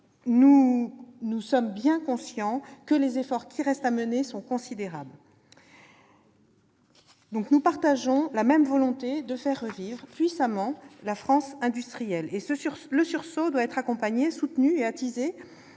nous sommes bien conscients que les efforts qui restent à mener sont considérables. Nous partageons la même volonté de faire revivre puissamment la France industrielle. Le sursaut doit être accompagné, soutenu et attisé.